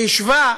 שהשווה